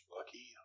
Lucky